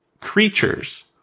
creatures